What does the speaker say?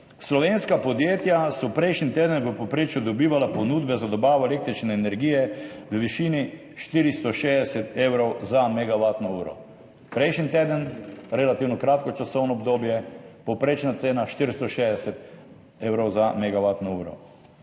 Slovenska podjetja so prejšnji teden v povprečju dobivala ponudbe za dobavo električne energije v višini 460 evrov za megavatno uro. Prejšnji teden, relativno kratko časovno obdobje, povprečna cena 460 evrov za megavatno uro.